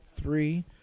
three